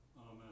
Amen